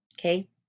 Okay